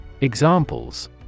Examples